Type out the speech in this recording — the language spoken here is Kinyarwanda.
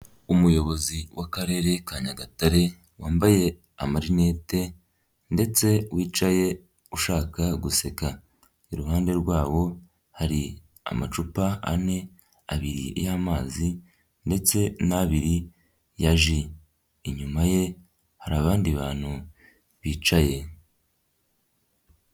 Umuyobozi w'Akarere ka Nyagatare, wambaye amarinete ndetse wicaye ushaka guseka. Iruhande rwabo hari amacupa ane: abiri y'amazi ndetse n' abiri ya ji. Inyuma ye hari abandi bantu bicaye.